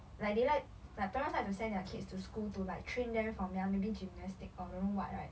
like they like like parents to send their kids to school to like train them from young maybe gymnastic or don't know what right